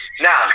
Now